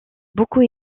beaucoup